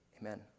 amen